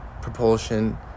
propulsion